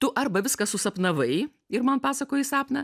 tu arba viską susapnavai ir man pasakoji sapną